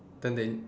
then they